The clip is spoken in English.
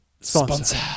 Sponsor